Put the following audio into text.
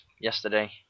yesterday